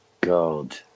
God